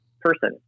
person